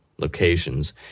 locations